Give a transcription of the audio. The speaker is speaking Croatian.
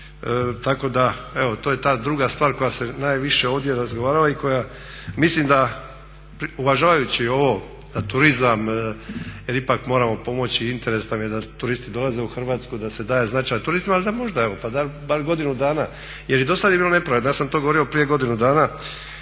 Tako da evo to je ta druga stvar koja se najviše ovdje razgovarala i koja mislim da uvažavajući ovo da turizam jer ipak moramo pomoći i interes nam je da turisti dolaze u Hrvatsku i da se daje značaj turistima, ali da možda evo pa bar godinu dana. Jer i dosad je bilo nepravedno, ja sam to govorio prije godinu dana,